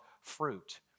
fruit